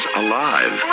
alive